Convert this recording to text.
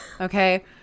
Okay